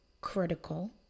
critical